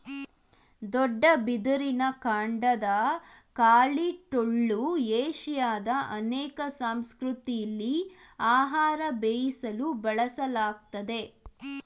ದೊಡ್ಡ ಬಿದಿರಿನ ಕಾಂಡದ ಖಾಲಿ ಟೊಳ್ಳು ಏಷ್ಯಾದ ಅನೇಕ ಸಂಸ್ಕೃತಿಲಿ ಆಹಾರ ಬೇಯಿಸಲು ಬಳಸಲಾಗ್ತದೆ